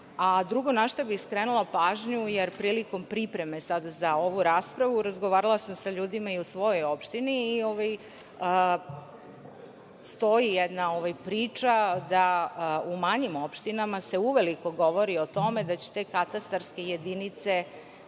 drugo na šta bih skrenula pažnju, jer prilikom pripreme za ovu raspravu, razgovara sam sa ljudima i u svojoj opštini i stoji jedna priča da se u manjim opštinama uveliko govori o tome da će te katastarske jedinice